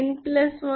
n22n1n1